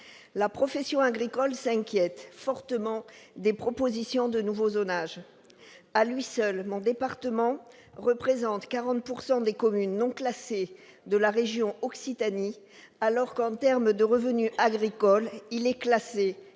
La profession agricole s'inquiète fortement des propositions de nouveaux zonages. À lui seul, mon département représente quelque 40 % des communes non classées de la région Occitanie, alors que, en termes de revenus agricoles, il est classé